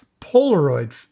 Polaroid